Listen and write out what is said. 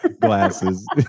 glasses